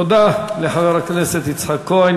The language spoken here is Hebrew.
תודה לחבר הכנסת יצחק כהן.